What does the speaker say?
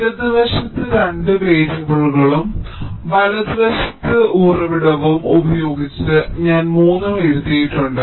ഇടത് വശത്ത് രണ്ട് വേരിയബിളുകളും വലതുവശത്ത് ഉറവിടവും ഉപയോഗിച്ച് ഞാൻ മൂന്നും എഴുതിയിട്ടുണ്ട്